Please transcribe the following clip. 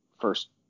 first